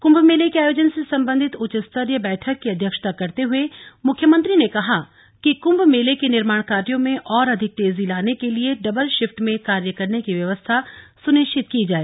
कुम्भ मेले के आयोजन से सम्बन्धित उच्च स्तरीय बैठक की अध्यक्षता करते हुए मुख्यमंत्री ने कहा कि कुम्भ मेले के निर्माण कार्यो में और अधिक तेजी लाने के लिये डबल शिफ्ट में कार्य करने की व्यवस्था सुनिश्चित की जाए